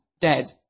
dead